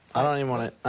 i don't even wanna